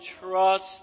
trust